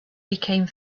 became